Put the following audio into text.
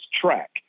track